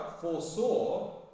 foresaw